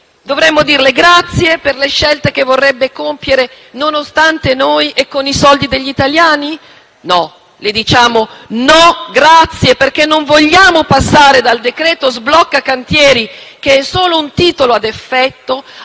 Dovremmo dirle: «Grazie per le scelte che vorrebbe compiere nonostante noi e con i soldi degli italiani?». No, le diciamo «no, grazie», perché non vogliamo passare dal decreto sblocca cantieri, che è solo un titolo ad effetto, al blocco